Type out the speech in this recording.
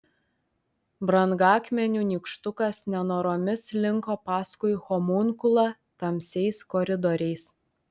brangakmenių nykštukas nenoromis slinko paskui homunkulą tamsiais koridoriais